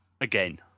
again